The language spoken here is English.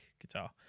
guitar